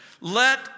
let